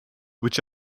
which